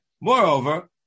Moreover